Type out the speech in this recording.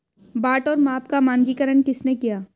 बाट और माप का मानकीकरण किसने किया?